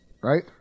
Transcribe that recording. right